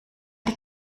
die